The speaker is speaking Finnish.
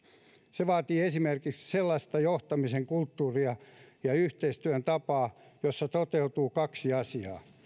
se vaatii esimerkiksi sellaista johtamisen kulttuuria ja yhteistyön tapaa jossa toteutuu kaksi asiaa